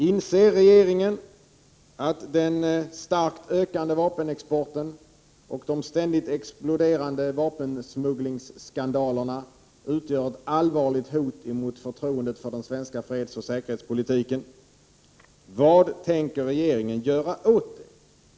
Inser regeringen att den starkt ökande vapenexporten och de ständigt exploderande vapensmugglingsskandalerna utgör ett allvarligt hot mot förtroendet för den svenska fredsoch säkerhetspolitiken? Vad tänker regeringen göra åt det?